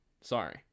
Sorry